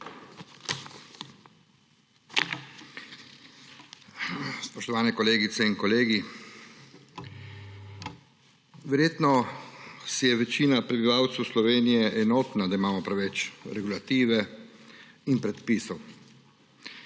Spoštovani kolegice in kolegi! Verjetno si je večina prebivalcev Slovenije enotna, da imamo preveč regulative in predpisov.